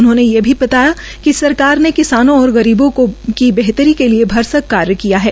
उन्होंने ये भी कहा कि सरकार ने किसानों और गरीबों की बेहतरी के लिए भरसक कार्य किया है